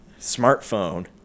smartphone